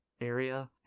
area